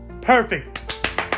Perfect